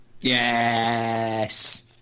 Yes